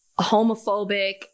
homophobic